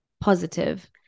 positive